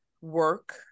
work